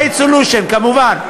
Two-state solution, כמובן.